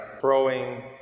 growing